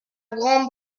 grand